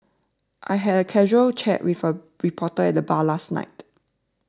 I had a casual chat with a reporter at bar last night